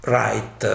right